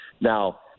Now